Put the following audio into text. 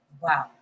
wow